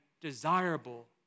desirable